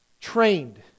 trained